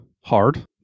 hard